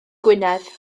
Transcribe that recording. gwynedd